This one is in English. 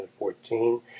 2014